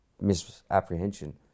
misapprehension